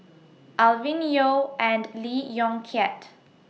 Alvin Yeo and Lee Yong Kiat